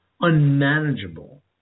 unmanageable